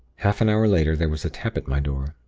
half an hour later there was a tap at my door.